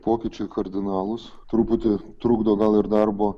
pokyčiai kardinalūs truputį trukdo gal ir darbo